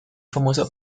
famosa